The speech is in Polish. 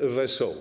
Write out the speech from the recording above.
wesoło.